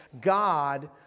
God